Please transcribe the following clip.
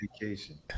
vacation